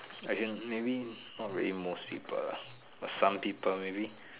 as in maybe not really most people lah but some people maybe